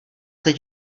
teď